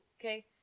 Okay